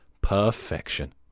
Perfection